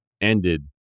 ended